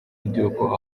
ry’uko